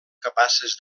capaces